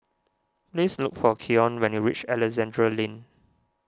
please look for Keon when you reach Alexandra Lane